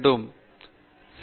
பேராசிரியர் பிரதாப் ஹரிதாஸ் சரி